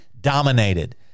dominated